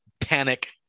panic